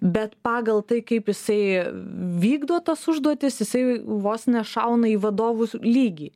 bet pagal tai kaip jisai vykdo tas užduotis jisai vos ne šauna į vadovų lygį